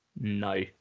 no